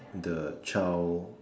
the child